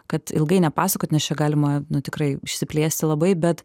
kad ilgai nepasakot nes čia galima tikrai išsiplėsti labai bet